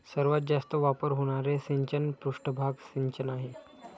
सर्वात जास्त वापर होणारे सिंचन पृष्ठभाग सिंचन आहे